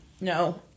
No